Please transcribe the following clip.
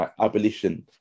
abolition